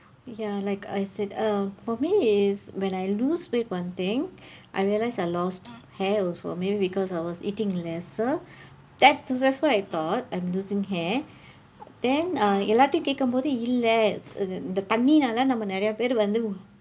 ya like I said uh for me is when I lose weight one thing I realise I lost hair also maybe because I was eating lesser that's that's what I thought I'm losing hair then uh எல்லாரிடம் கேட்கும்பொழுது இல்லை தண்ணீர்நால தான் நம்ம நிறைய பேர் வந்து:ellaaridam keetkumpozhuthu illai thannirnaala thaan namma niraiya peer vandthu